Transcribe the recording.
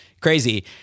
crazy